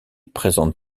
présente